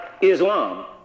Islam